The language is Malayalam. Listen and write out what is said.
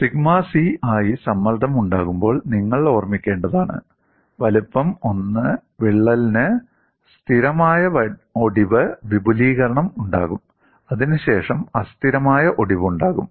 സിഗ്മ സി ആയി സമ്മർദ്ദം ഉണ്ടാകുമ്പോൾ നിങ്ങൾ ഓർമ്മിക്കേണ്ടതാണ് വലിപ്പം 1 വിള്ളലിന് സ്ഥിരമായ ഒടിവ് വിപുലീകരണം ഉണ്ടാകും അതിനുശേഷം അസ്ഥിരമായ ഒടിവുണ്ടാകും